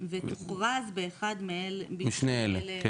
ותוכרז באחד משני אלה בלבד?